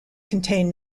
contain